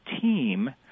team